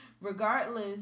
Regardless